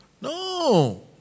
No